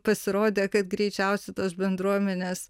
pasirodė kad greičiausiai tos bendruomenės